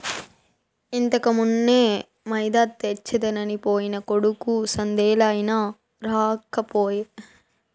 ఇంతకుమున్నే మైదా తెచ్చెదనికి పోయిన కొడుకు సందేలయినా రాకపోయే